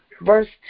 Verse